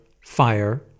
fire